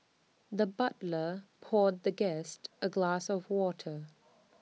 the butler poured the guest A glass of water